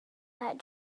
that